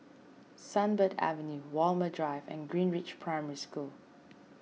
Sunbird Avenue Walmer Drive and Greenridge Primary School